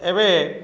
ଏବେ